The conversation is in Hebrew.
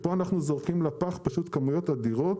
ופה אנחנו זורקים לפח כמויות אדירות,